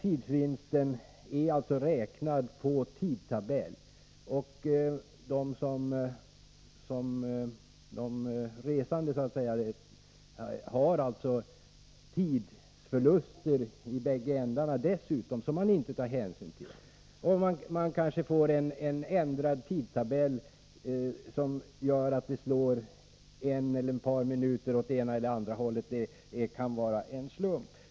Tidsvinsten beräknas på grundval av tidtabell, och vi vet att de resande i bägge ändarna gör tidsförluster som myndigheterna inte tar hänsyn till. En tidtabellsändring på en eller ett par minuter kan slumpmässigt komma att ändra utfallet.